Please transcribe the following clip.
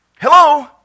Hello